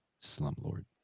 slumlord